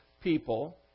people